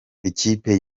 ikipe